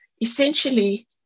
essentially